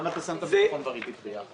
למה אתה שם את הביטחון והריבית ביחד?